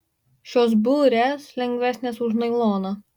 šios burės lengvesnės už nailoną